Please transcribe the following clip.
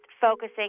focusing